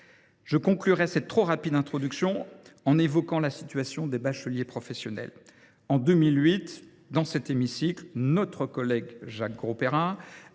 Je conclurai cette trop rapide introduction en évoquant la situation des bacheliers professionnels. En 2008, dans cet hémicycle, notre collègue Jacques Grosperrin